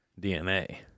DNA